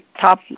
top